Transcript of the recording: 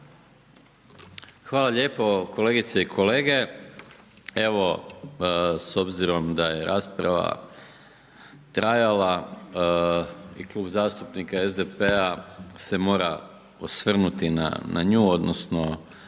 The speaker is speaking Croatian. Hvala lijepo kolegice i kolege. Evo s obzirom da je rasprava trajala i Klub zastupnika SDP-a se mora osvrnuti na nju, odnosno